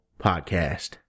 Podcast